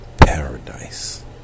paradise